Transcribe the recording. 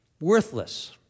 worthless